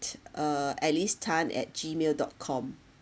uh alice tan at gmail dot com